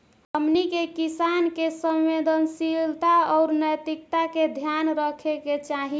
हमनी के किसान के संवेदनशीलता आउर नैतिकता के ध्यान रखे के चाही